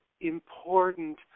important